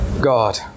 God